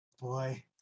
boy